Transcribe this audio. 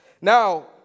Now